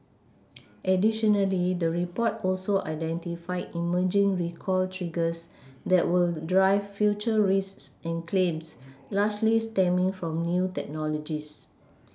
additionally the report also identified emerging recall triggers that will drive future risks and claims largely stemming from new technologies